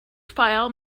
file